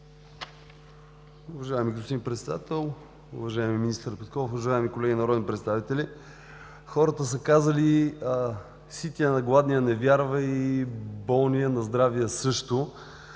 Уважаеми господин Председател, уважаеми министър Петков, уважаеми колеги народни представители! Хората са казали „ситият на гладния не вярва“ и „болният на здравия – също“,